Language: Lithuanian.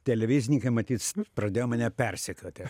televizininkai matyt pradėjo mane persekioti